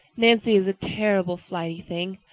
nancy is a terrible flighty thing.